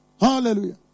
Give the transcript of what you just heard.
Hallelujah